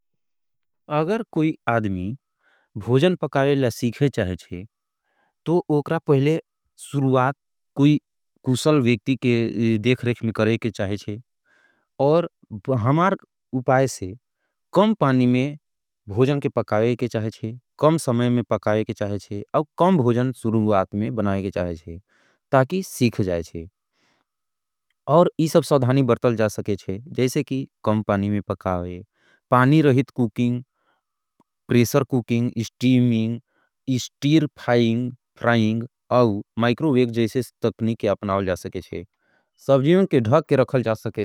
अगर कोई आदमी भोजन पकावे ला सीखे चाहे चाहे चे। तो उकरा पहले सुरुवात कोई कूसल वेक्ति के देखरेख में करे के चाहे चे। और हमार उपाय से कम पानी में भोजन के पकावे के चाहे चे, कम समय में पकावे के चाहे चे। और कम भोजन सुरुवात में बन मानंग, खुज़्या cooking, steaming, stir frying. Frying आउ, माईकरो वेक्त जैसे तक्निके अपनाओ लेसके चे सबजिएंन के ढाक के रखल चाहे चे।